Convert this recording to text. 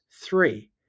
three